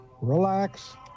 relax